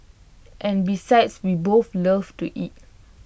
and besides we both love to eat